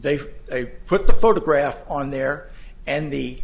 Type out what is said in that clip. they've they put the photograph on there and the